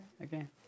again